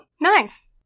Nice